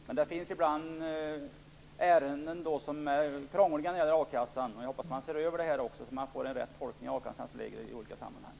Fru talman! Jag tackar för svaret. Ibland är ärenden som gäller a-kassan krångliga. Jag hoppas att man ser över detta också, så att det blir en riktig tolkning av a-kassans regler i olika sammanhang.